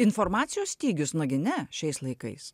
informacijos stygius nagi ne šiais laikais